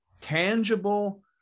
tangible